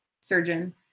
surgeon